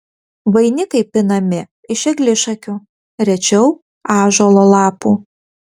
vainikai pinami iš eglišakių rečiau ąžuolo lapų